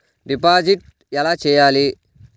Deposit ఎలా చెయ్యాలి?